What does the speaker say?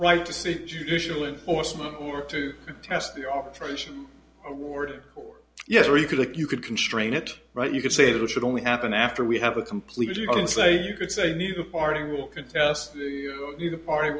see judicial enforcement or to test the operation award or yes or you could look you could constrain it right you could say that it should only happen after we have a completed you can say you could say neither party will contest you the party